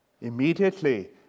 immediately